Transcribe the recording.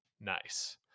Nice